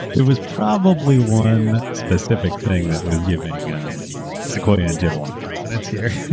there was probably one specific thing that was giving um sequoia and jim a lot of confidence here.